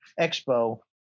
Expo